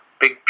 big